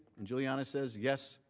and giuliani says yes,